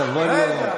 את הווליום?